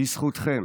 בזכותכם